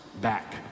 back